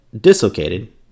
dislocated